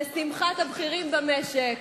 לשמחת הבכירים במשק,